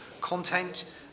content